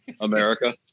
America